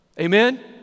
Amen